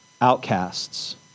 outcasts